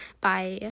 bye